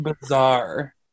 bizarre